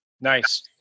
Nice